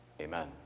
Amen